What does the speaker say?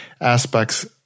aspects